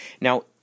Now